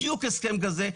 בדיוק הסכם כזה,